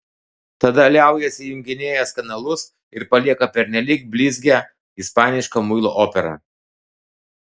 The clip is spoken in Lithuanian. tada liaujasi junginėjęs kanalus ir palieka pernelyg blizgią ispanišką muilo operą